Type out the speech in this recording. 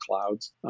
clouds